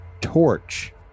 torch